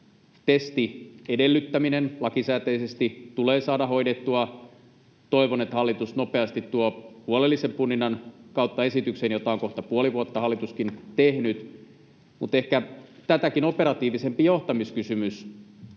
tämä testin edellyttäminen lakisääteisesti tulee saada hoidettua. Toivon, että hallitus tuo nopeasti huolellisen punninnan kautta esityksen, jota hallitus on kohta puoli vuotta tehnyt. Mutta ehkä tätäkin operatiivisempi johtamiskysymys